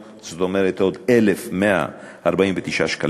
זאת אומרת עוד 1,149 שקלים.